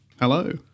Hello